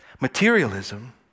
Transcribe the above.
Materialism